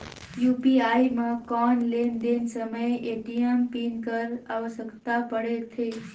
UPI म कौन लेन देन समय ए.टी.एम पिन कर आवश्यकता पड़थे?